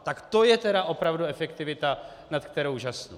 Tak to je opravdu efektivita, nad kterou žasnu!